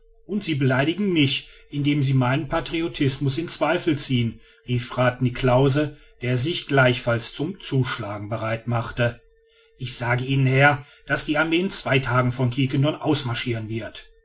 und sie beleidigen mich indem sie meinen patriotismus in zweifel ziehen rief niklausse der sich gleichfalls zum zuschlagen bereit machte ich sage ihnen herr daß die armee in zwei tagen von quiquendone ausmarschiren wird